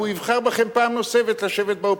כי הוא יבחר בכם פעם נוספת לשבת באופוזיציה.